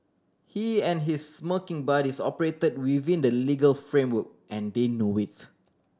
he and his smirking buddies operate within the legal framework and they know it